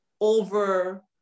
over